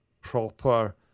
proper